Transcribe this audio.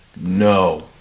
No